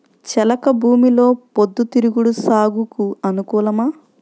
చెలక భూమిలో పొద్దు తిరుగుడు సాగుకు అనుకూలమా?